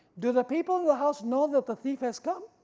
do the people in the house know that the thief has come?